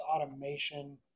automation